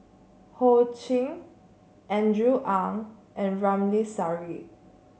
Ho Ching Andrew Ang and Ramli Sarip